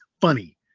funny